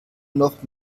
noch